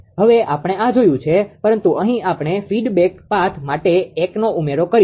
હવે આપણે આ જોયું છે પરંતુ અહીં આપણે ફીડબેક પાથ માટે એકનો ઉમેરો કરીશું